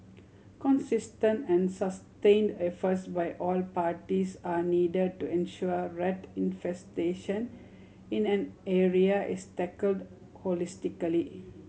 consistent and sustained efforts by all parties are needed to ensure rat infestation in an area is tackled holistically